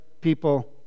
people